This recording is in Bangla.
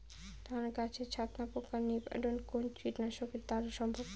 ধান গাছের ছাতনা পোকার নিবারণ কোন কীটনাশক দ্বারা সম্ভব?